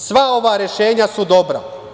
Sva ova rešenja su dobra.